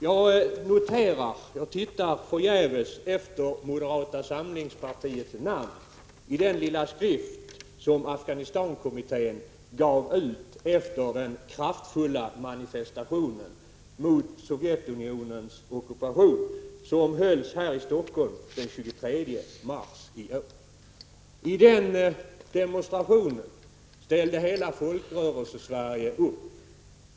Jag tittar förgäves efter moderata samlingspartiets namn i den lilla skrift som Afghanistankommittén gav ut efter den kraftfulla manifestation mot Sovjetunionens ockupation som hölls här i Stockolm den 23 marsi år. I denna demonstration ställde hela Folkrörelsesverige upp.